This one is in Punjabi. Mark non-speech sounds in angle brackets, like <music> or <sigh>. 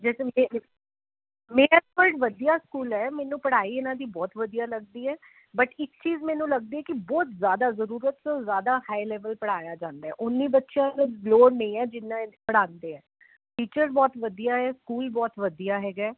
<unintelligible> ਮੇਅਰ ਵਰਡ ਵਧੀਆ ਸਕੂਲ ਹੈ ਮੈਨੂੰ ਪੜ੍ਹਾਈ ਇਹਨਾਂ ਦੀ ਬਹੁਤ ਵਧੀਆ ਲੱਗਦੀ ਹੈ ਬਟ ਇੱਕ ਚੀਜ਼ ਮੈਨੂੰ ਲੱਗਦੀ ਕਿ ਬਹੁਤ ਜਿਆਦਾ ਜਰੂਰਤ ਤੋਂ ਜਿਆਦਾ ਹਾਈ ਲੈਵਲ ਪੜਾਇਆ ਜਾਂਦਾ ਉਨੇ ਬੱਚਾ ਬੋਰ ਨਹੀਂ ਹੈ ਜਿੰਨਾ ਪੜਾਤੇ ਹੈ ਟੀਚਰ ਬਹੁਤ ਵਧੀਆ ਹੈ ਸਕੂਲ ਬਹੁਤ ਵਧੀਆ ਹੈਗਾ